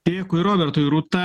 dėkui robertui rūta